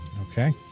Okay